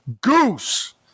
Goose